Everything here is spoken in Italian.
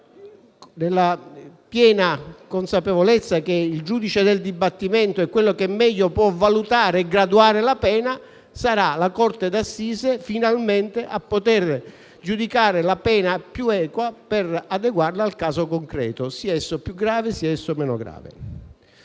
Nella piena consapevolezza che il giudice del dibattimento è quello che meglio può valutare e graduare la pena, sarà la corte d'assise, finalmente, a poter giudicare la pena più equa, per adeguarla al caso concreto, sia esso più o meno grave.